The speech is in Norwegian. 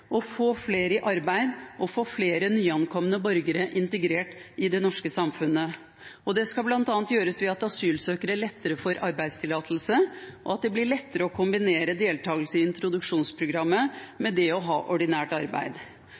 å få flere i arbeid og få flere nyankomne borgere integrert i det norske samfunnet. Det skal bl.a. gjøres ved at asylsøkere lettere får arbeidstillatelse, og at det blir lettere å kombinere deltakelse i introduksjonsprogrammet med det å ha ordinært arbeid.